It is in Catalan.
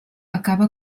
acaba